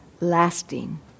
lasting